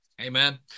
Amen